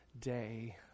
day